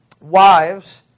Wives